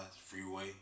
Freeway